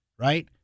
right